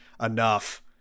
enough